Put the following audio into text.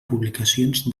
publicacions